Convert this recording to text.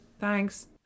Thanks